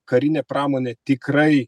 karinė pramonė tikrai